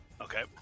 Okay